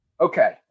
Okay